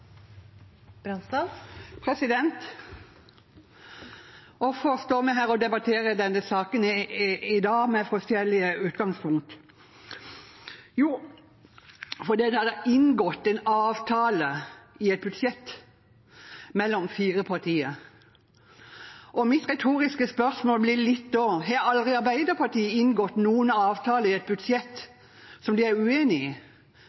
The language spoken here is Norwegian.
her og debatterer denne saken i dag med forskjellige utgangspunkt? Jo, fordi det har vært inngått en avtale mellom fire partier i forbindelse med et budsjett. Mitt retoriske spørsmål blir da: Har aldri Arbeiderpartiet inngått noen avtale i forbindelse med et budsjett, som de er uenig i?